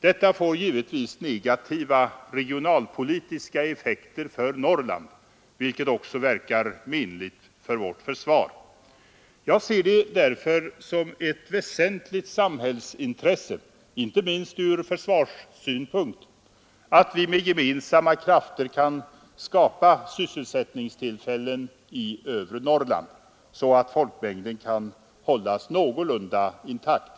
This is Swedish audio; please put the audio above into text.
Detta får givetvis negativa regionalpolitiska effekter för Norrland, vilket också inverkar menligt på vårt försvar. Jag ser det därför som ett väsentligt samhällsintresse, inte minst från försvarssynpunkt, att vi med gemensamma krafter kan skapa sysselsättningstillfällen i övre Norrland så att folkmängden kan hållas någorlunda intakt.